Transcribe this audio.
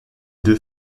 deux